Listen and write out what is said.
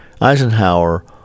Eisenhower